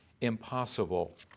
impossible